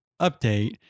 update